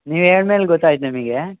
ನೀವು ಹೇಳ್ದ ಮೇಲೆ ಗೊತ್ತಾಯ್ತು ನಮಗೆ